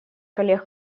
коллег